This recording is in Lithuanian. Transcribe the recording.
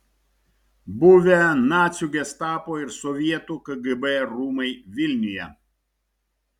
buvę nacių gestapo ir sovietų kgb rūmai vilniuje